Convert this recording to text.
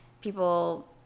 people